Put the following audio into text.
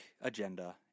agenda